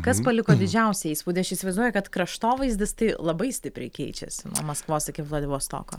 kas paliko didžiausią įspūdį aš įsivaizduoju kad kraštovaizdis tai labai stipriai keičiasi nuo maskvos iki vladivostoko